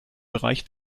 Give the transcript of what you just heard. bereich